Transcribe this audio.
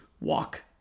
walk